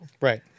right